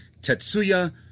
Tetsuya